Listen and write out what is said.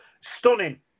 stunning